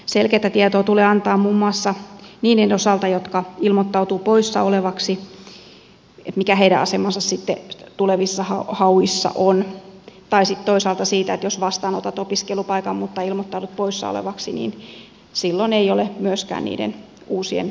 selkeätä tietoa tulee antaa muun muassa niiden osalta jotka ilmoittautuvat poissaolevaksi mikä heidän asemansa sitten tulevissa hauissa on tai sitten toisaalta siitä että jos vastaan otat opiskelupaikan mutta ilmoittaudut poissaolevaksi niin silloin ei ole myöskään niiden uusien hakijoitten joukossa